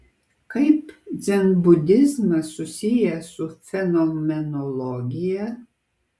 kaip dzenbudizmas susijęs su fenomenologija